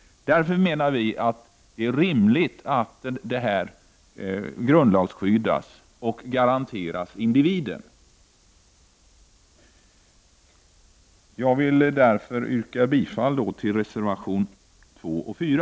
Därför menar vi att det är rimligt att den rätten grundlagsskyddas och garanteras individen. Jag yrkar bifall till reservationerna 2 och 4.